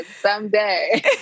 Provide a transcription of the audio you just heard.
someday